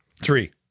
Three